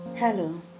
Hello